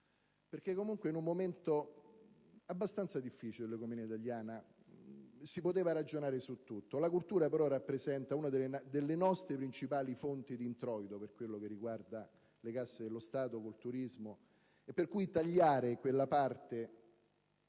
perché comunque, in un momento abbastanza difficile per l'economia italiana, si poteva ragionare su tutto; la cultura però rappresenta una delle nostre principali fonti di introito per quanto riguarda le casse dello Stato con il turismo. Per cui tagliare quella parte